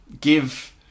give